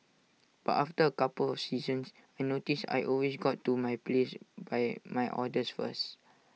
but after A couple of seasons I noticed I always got to my place by my orders first